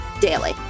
daily